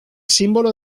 símbolo